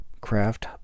craft